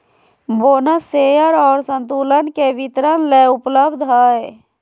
bonus share और संतुलन के वितरण ले उपलब्ध हइ